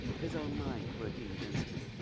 his own mind working against him.